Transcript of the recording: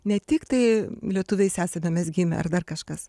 ne tiktai lietuviais esame mes gimę ar dar kažkas